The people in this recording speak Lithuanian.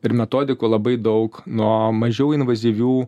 ir metodikų labai daug nuo mažiau invazyvių